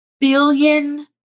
billion